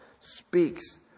speaks